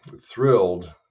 thrilled